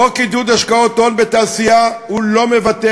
חוק לעידוד השקעות הון בתעשייה לא מבטא